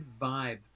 vibe